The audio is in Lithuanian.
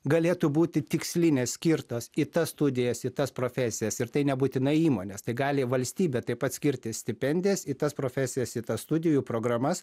galėtų būti tikslinės skirtos į tas studijas į tas profesijas ir tai nebūtinai įmonės tai gali valstybė taip pat skirti stipendijas į tas profesijas į tas studijų programas